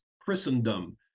Christendom